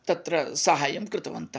तत्र साहाय्यं कृतवन्तः